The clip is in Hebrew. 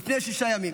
לפני שישה ימים.